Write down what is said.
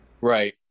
Right